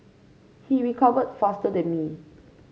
he recovered faster than me